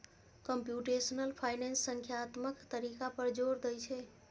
computational finance संख्यात्मक तरीका पर जोर दै छै